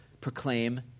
proclaim